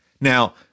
Now